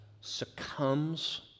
succumbs